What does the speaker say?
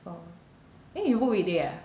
fourth eh you book weekday ah